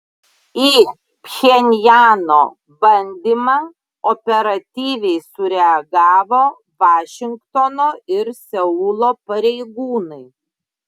į pchenjano bandymą operatyviai sureagavo vašingtono ir seulo pareigūnai